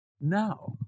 now